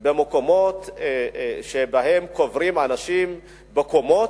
במקומות שבהם קוברים אנשים בקומות,